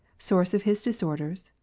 source of his disorders.